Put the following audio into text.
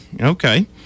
okay